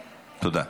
תודה.